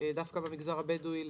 דווקא במגזר הבדואי,